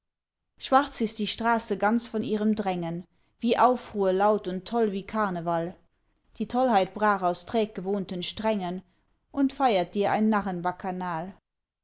schwarz ist die straße ganz von ihrem drängen wie aufruhr laut und toll wie karneval die tollheit brach aus träg gewohnten strängen und feiert dir ein